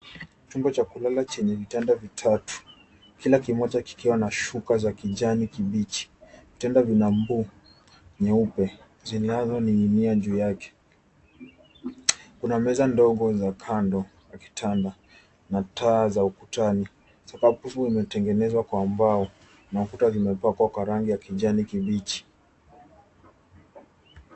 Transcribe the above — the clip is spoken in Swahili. Chumba cha kulala chenye vitanda vitatu. Kila kimoja kikiwa na shuka za kijani kibichi. vitanda vina mbo nyeupe zinazoninginia juu yake .Kuna meza ndogo kando ya kitanda na taa za ukutani, sakafu pia imetengenezwa kwa mbao. Mafuta zimepakwa kwa rangi ya kijani kibichi.